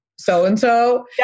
so-and-so